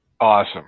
Awesome